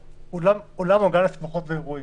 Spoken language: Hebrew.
אולם או גן לשמחות ואירועים,